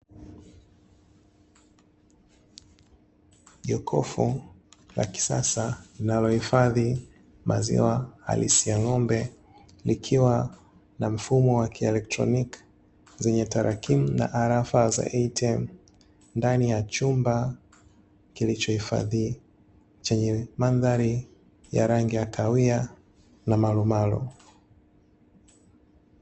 Jokofu la kisasa linalohifadhi maziwa halisi ya ng'ombe, likiwa na mfumo wa kielektroniki wenye tarakimu za "arafa za ATM" ndani ya chumba kilichohifadhiwa, chenye mandhari ya rangi ya kahawia na marumaru.